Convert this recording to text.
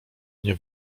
nie